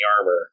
armor